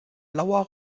blauer